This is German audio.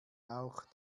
auch